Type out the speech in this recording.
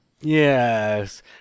Yes